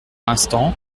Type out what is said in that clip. instants